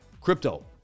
Crypto